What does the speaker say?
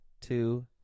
two